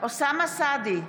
אוסאמה סעדי,